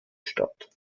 statt